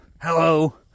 hello